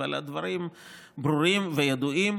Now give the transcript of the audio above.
אבל הדברים ברורים וידועים.